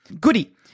Goody